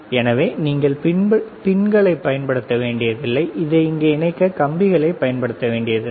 எனவே நீங்கள் பின்களை பயன்படுத்த வேண்டியதில்லை அதை இங்கே இணைக்க கம்பிகளைப் பயன்படுத்த வேண்டியதில்லை